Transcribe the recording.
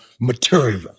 material